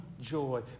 joy